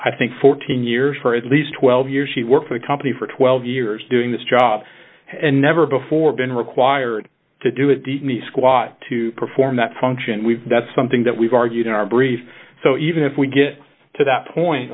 i think fourteen years for at least twelve years she worked for the company for twelve years doing this job and never before been required to do it did me squat to perform that function we've that's something that we've argued in our brief so even if we get to that point